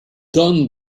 don